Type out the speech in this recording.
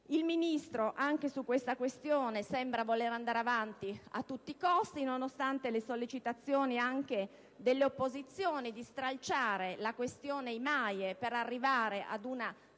Il Ministro anche su questa questione sembra voler andare avanti a tutti i costi, nonostante le sollecitazioni anche delle opposizioni di stralciare la materia per arrivare ad una